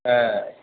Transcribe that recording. ए